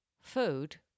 food